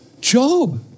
Job